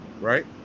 right